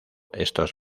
estos